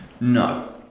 no